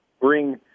bring